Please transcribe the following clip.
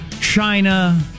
China